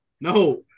No